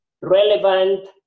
relevant